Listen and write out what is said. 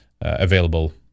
available